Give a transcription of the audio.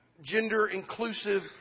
gender-inclusive